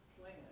plan